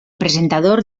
presentador